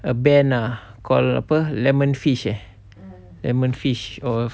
a band ah called apa lemon fish eh lemon fish or